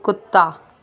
کتا